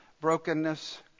brokenness